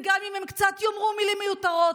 וגם אם הם קצת יאמרו מילים מיותרות,